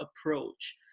approach